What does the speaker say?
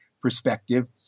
perspective